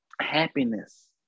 Happiness